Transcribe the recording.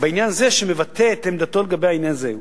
בעניין הזה, שמבטא את עמדתו בעניין הזה.